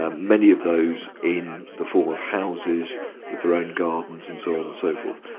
ah many of those in the form of houses with their own gardens and so on and so forth.